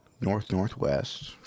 North-northwest